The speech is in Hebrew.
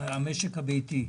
המשק הביתי.